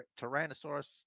Tyrannosaurus